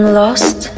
lost